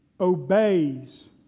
obeys